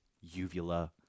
uvula